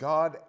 God